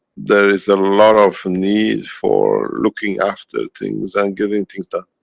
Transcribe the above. there is a lot of need for looking after things and getting things done.